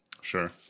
Sure